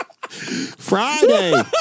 Friday